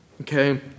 okay